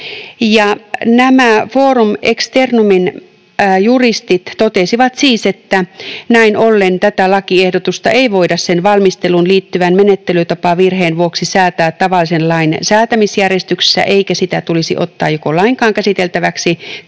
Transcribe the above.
Nämä Forum Externumin juristit totesivat siis, että näin ollen tätä lakiehdotusta ei voida sen valmisteluun liittyvän menettelytapavirheen vuoksi säätää tavallisen lain säätämisjärjestyksessä ja joko sitä ei tulisi ottaa lainkaan käsiteltäväksi tai se